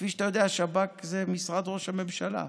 כפי שאתה יודע, שב"כ זה משרד ראש הממשלה.